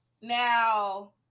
Now